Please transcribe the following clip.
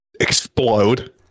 explode